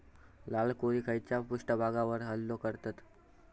लाल कोळी खैच्या पृष्ठभागावर हल्लो करतत?